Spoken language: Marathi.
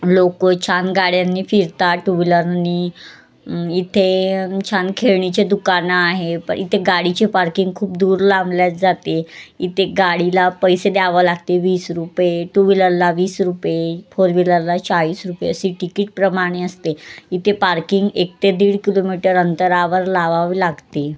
लोकं छान गाड्यांनी फिरतात टू व्हीलरनी इथे छान खेळणीचे दुकानं आहे पण इथे गाडीचे पार्किंग खूप दूर लांबले जाते इथे गाडीला पैसे द्यावं लागते वीस रुपये टू व्हीलरला वीस रुपये फोर व्हीलरला चाळीस रुपये अशी तिकीटप्रमाणे असते इथे पार्किंग एक ते दीड किलोमीटर अंतरावर लावावं लागते